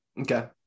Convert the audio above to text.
Okay